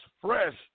fresh